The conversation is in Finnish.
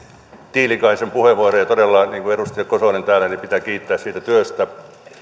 tiilikaisen puheenvuoro todella niin kuin edustaja kosonen täällä pitää kiittää siitä työstä